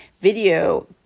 video